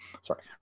sorry